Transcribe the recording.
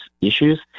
issues